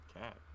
cat